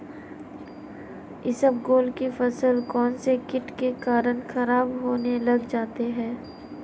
इसबगोल की फसल कौनसे कीट के कारण खराब होने लग जाती है?